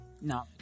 No